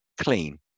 clean